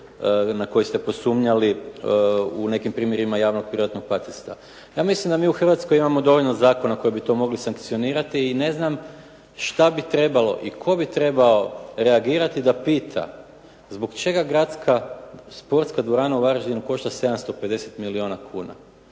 na koji ste posumnjali u nekim primjerima javno-privatnog partnerstva. Ja mislim da mi u Hrvatskoj imamo dovoljno zakona koji bi to mogli sankcionirati i ne znam što bi trebalo i tko bi trebao reagirati da pita zbog čega Gradska sportska dvorana u Varaždinu košta 750 milijuna kuna.